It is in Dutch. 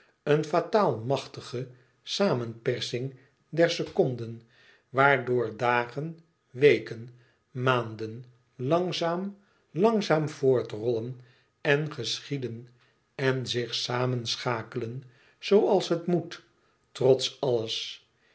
een fataal machtige samenpersing der seconden waardoor dagen weken maanden langzaam langzaam voortrollen en geschieden en zich samenschakelen zooals het moet trots alles